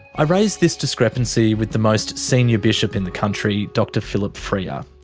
i raise this discrepancy with the most senior bishop in the country, dr philip freier.